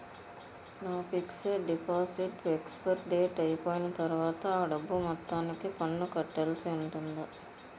నా fixed deposit expiry date అయిపోయిన తర్వాత అ డబ్బు మొత్తానికి పన్ను కట్టాల్సి ఉంటుందా?